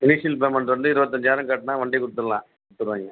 initial payment வந்து இருபத்து அஞ்சாயிரம் கட்டுனா வண்டி கொடுத்துடலாம் தருவாங்க